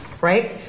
Right